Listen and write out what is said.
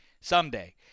Someday